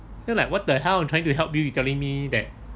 you know like what the hell I'm trying to help you you telling me that